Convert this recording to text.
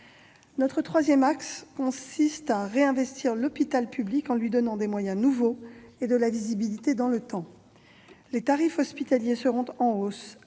Notre troisième axe consiste à réinvestir l'hôpital public en lui donnant des moyens nouveaux et de la visibilité dans le temps. Les tarifs hospitaliers seront en hausse-